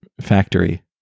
factory